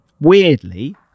weirdly